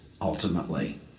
ultimately